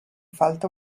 falta